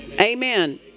Amen